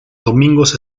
domingos